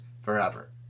forever